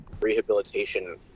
rehabilitation